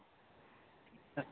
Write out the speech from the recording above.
अच्छा